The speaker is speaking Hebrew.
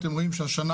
אתם רואים שבשנה